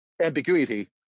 ambiguity